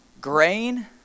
grain